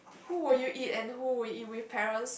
who would you eat and who would you eat with parents